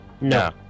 No